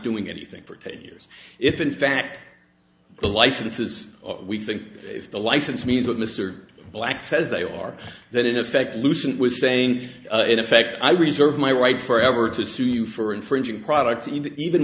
doing anything for ten years if in fact the licenses we think if the license means what mr black says they are then in effect lucent was saying in effect i reserve my right for ever to sue you for infringing products even